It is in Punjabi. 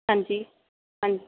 ਹਾਂਜੀ ਹਾਂਜੀ